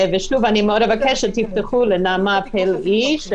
אני מאוד מבקשת שתתנו לנעמה פלאי.